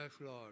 Lord